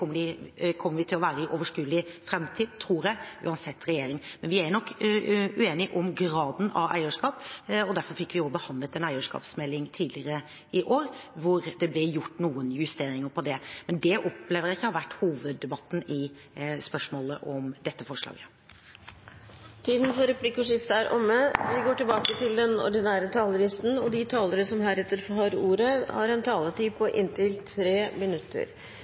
kommer vi til å være i overskuelig framtid, tror jeg, uansett regjering. Men vi er nok uenig om graden av eierskap, og derfor fikk vi også behandlet en eierskapsmelding tidligere i år, hvor det ble gjort noen justeringer på det. Det opplever jeg ikke at har vært hoveddebatten i spørsmålet om dette forslaget. Replikkordskiftet er omme. De talere som heretter får ordet, har en taletid på inntil 3 minutter.